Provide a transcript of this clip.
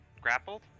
grappled